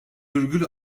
virgül